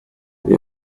les